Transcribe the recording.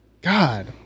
God